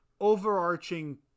Overarching